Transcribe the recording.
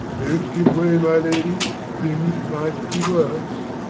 don't give way, my lady, things might be worse.